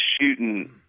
shooting